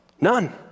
none